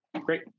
Great